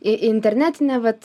į internetinę vat